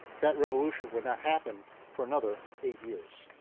that revolution would not happen for another eight years.